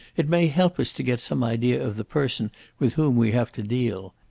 it may help us to get some idea of the person with whom we have to deal.